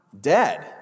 dead